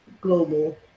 global